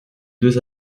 deux